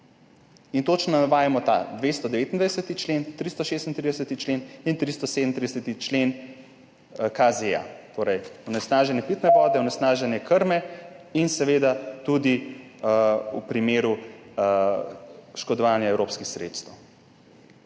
In točno navajamo 229. člen, 336. člen in 337. člen KZ, torej onesnaženje pitne vode, onesnaženje krme in seveda tudi v primeru oškodovanja evropskih sredstev.